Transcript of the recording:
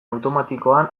automatikoan